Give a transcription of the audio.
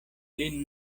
lin